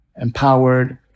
empowered